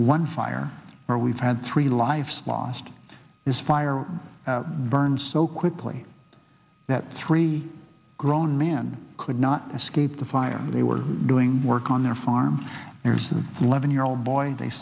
one fire where we've had three lives lost is fire burned so quickly that three grown man could not escape the fire they were doing work on their farm as the eleven year old boy they